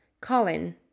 Colin